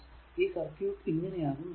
ഈ സർക്യൂട് ഇങ്ങനെയാകും കാണുക